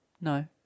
No